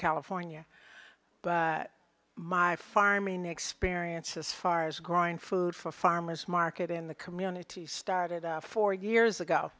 california my farming experience as far as growing food for farmer's market in the community started four years ago